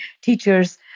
teachers